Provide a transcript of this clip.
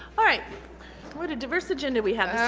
all right what a diverse agenda we have